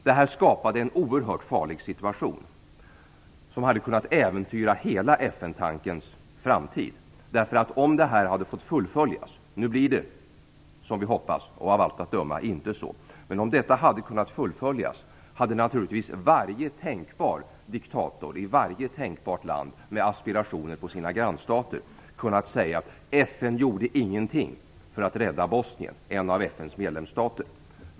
Det skapade en oerhört farlig situation som hade kunnat äventyra FN-tankens framtid. Om detta hade fått fullföljas - nu blir det av allt att döma inte så - hade naturligtvis varje tänkbar diktator i varje tänkbart land som aspirerar på sina grannstater kunnat säga: FN gjorde ingenting för att rädda Bosnien, en av FN:s medlemsstater.